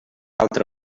altra